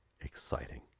exciting